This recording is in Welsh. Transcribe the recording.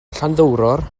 llanddowror